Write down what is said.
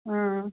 आं